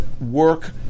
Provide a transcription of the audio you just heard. work